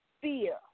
fear